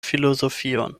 filozofion